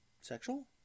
Sexual